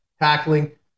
tackling